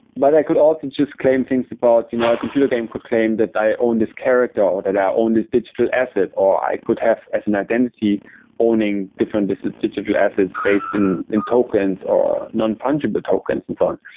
but i could also just claim things about you know a computer game could claim that i own this character or that i own this digital asset or i could have as an identity owning different ah digital assets based in in tokens or non-fundable tokens and so on.